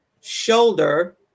shoulder